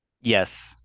Yes